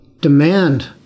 demand